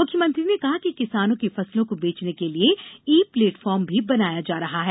मुख्यमंत्री ने कहा कि किसानों की फसलों को बेचने के लिए ई प्लेटफार्म भी बनाया जा रहा है